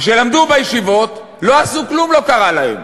שלמדו בישיבות, לא עשו, כלום לא קרה להם.